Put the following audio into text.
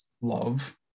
love